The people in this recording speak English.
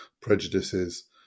prejudices